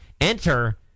Enter